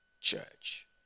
Church